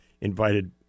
invited